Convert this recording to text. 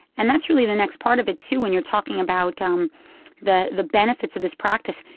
and that's really the next part of it, too, when you're talking about um the the benefits of this practice.